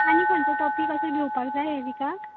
आनी खंयचो टॉपीक असो घेवपाक जाय हे विकाक